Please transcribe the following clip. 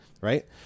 Right